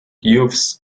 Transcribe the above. youths